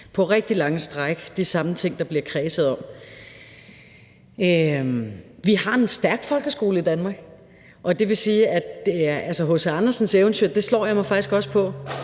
på rigtig lange stræk de samme ting, der bliver kredset om. Vi har en stærk folkeskole i Danmark. H.C. Andersens eventyr slår jeg mig faktisk også på,